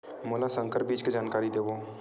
मोला संकर बीज के जानकारी देवो?